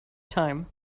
time